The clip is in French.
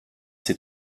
ses